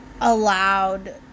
allowed